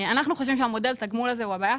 אנחנו חושבים שהמודל תגמול הזה הוא הבעיה.